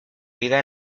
vida